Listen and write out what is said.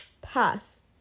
pass